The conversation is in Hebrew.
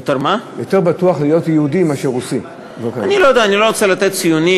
אני לא יודע, אני לא רוצה לתת ציונים.